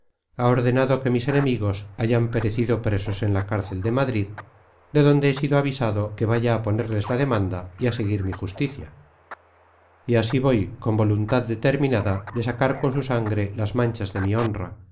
ha ordenado que mis enemigos hayan parecido presos en la cárcel de madrid de donde he sido avisado que vaya a ponerles la demanda y á seguir mi justicia y así voy con voluntad determinada de sacar con su sangre las manchas de mi honra